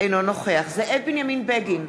אינו נוכח זאב בנימין בגין,